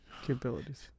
capabilities